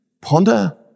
ponder